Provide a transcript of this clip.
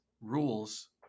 rules